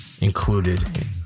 included